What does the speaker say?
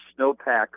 snowpack